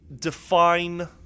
define